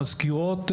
מזכירות,